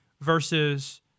versus